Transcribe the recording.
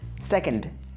second